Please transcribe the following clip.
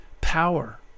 power